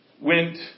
went